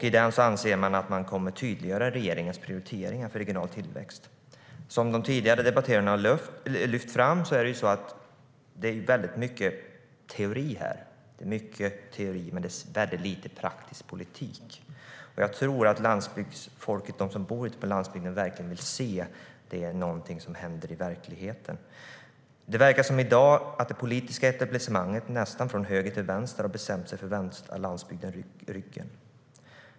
I den avser man att tydliggöra regeringens prioriteringar för regional tillväxt. Som de tidigare debattörerna har lyft fram är det mycket teori här men dessvärre lite praktisk politik. Jag tror att de som bor ute på landsbygden verkligen vill se att någonting händer i verkligheten. I dag verkar det som att det politiska etablissemanget, nästan från höger till vänster, har bestämt sig för att vända landsbygden ryggen.